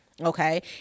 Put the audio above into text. Okay